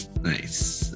Nice